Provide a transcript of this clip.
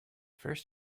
first